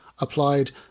applied